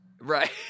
Right